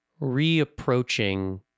reapproaching